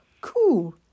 Cool